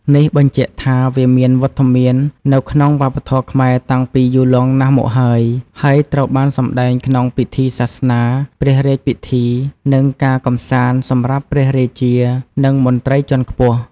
នេះបញ្ជាក់ថា វាមានវត្តមាននៅក្នុងវប្បធម៌ខ្មែរតាំងពីយូរលង់ណាស់មកហើយ ហើយត្រូវបានសម្តែងក្នុងពិធីសាសនា ព្រះរាជពិធី និងការកម្សាន្តសម្រាប់ព្រះរាជា និងមន្ត្រីជាន់ខ្ពស់។